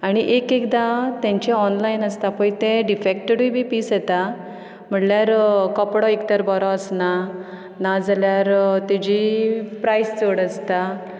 आनी एकएकदा तेंचे ऑनलायन आसता पळय ते डिफॅक्टेडय बी पीस येता म्हणल्यार कपडो एक तर बरो आसना नाजाल्यार तेजी प्रायस चड आसता